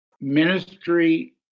ministry